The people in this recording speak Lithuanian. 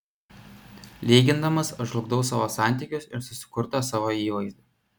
lygindamas aš žlugdau savo santykius ir susikurtą savo įvaizdį